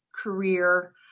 career